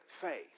faith